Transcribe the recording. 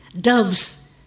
Doves